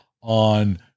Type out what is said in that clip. on